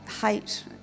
hate